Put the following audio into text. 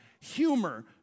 humor